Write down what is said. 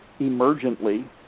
emergently